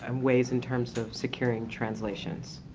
and ways in terms of securing translations.